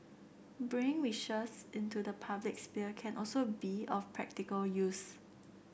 bring wishes into the public sphere can also be of practical use